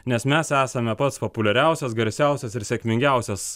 nes mes esame pats populiariausias garsiausias ir sėkmingiausias